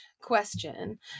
question